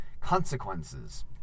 Consequences